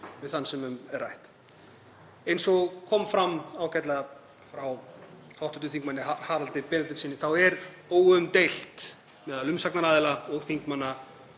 við þann sem um er rætt. Eins og kom fram ágætlega hjá hv. þm. Haraldi Benediktssyni þá er óumdeilt meðal umsagnaraðila og þingmanna